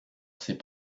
ses